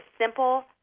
simple